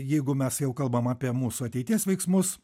jeigu mes jau kalbame apie mūsų ateities veiksmus